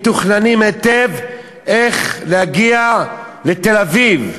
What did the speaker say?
מתוכננים היטב איך להגיע לתל-אביב.